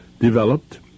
developed